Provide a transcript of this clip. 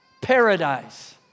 paradise